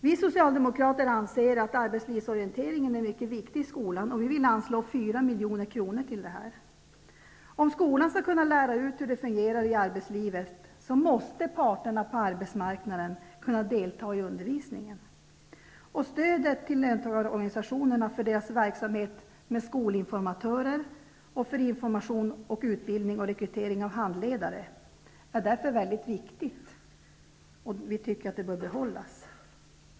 Vi Socialdemokrater anser att arbetslivsorienteringen är mycket viktig i skolan. Vi vill anslå 4 milj.kr. till detta stöd. Om skolan skall kunna lära ut hur det fungerar i arbetslivet, måste parterna på arbetsmarknaden kunna delta i undervisningen. Stödet till löntagarorganisationerna för deras verksamhet med skolinformatörer samt information om utbildning och rekrytering av handledare är därför viktigt. Vi tycker att det bör behållas.